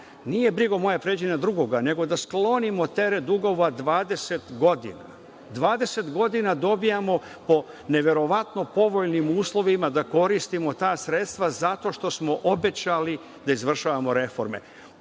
Nije – „brigo moja, pređi na drugoga“, nego da sklonimo teret dugova 20 godina. Dvadeset godina dobijamo po neverovatno povoljnim uslovima da koristimo ta sredstva zato što smo obećali da izvršavamo reforme.